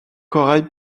corail